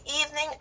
evening